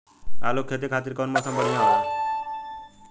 आलू के खेती खातिर कउन मौसम बढ़ियां होला?